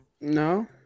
No